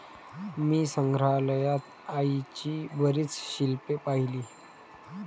मी संग्रहालयात आईची बरीच शिल्पे पाहिली